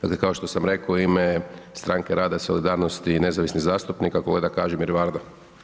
Dakle kao što sam rekao, u ime Stranke rada i solidarnosti i nezavisnih zastupnika kolega Kažimir Varda.